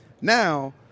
Now